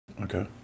Okay